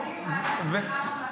להקים ועדת חקירה ממלכתית.